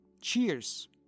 Cheers